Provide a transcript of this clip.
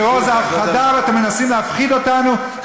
טרור זה הפחדה, ואתם מנסים להפחיד אותנו.